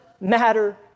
matter